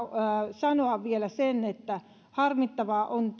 sanoa vielä sen että harmittavaa valitettavaa on